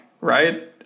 right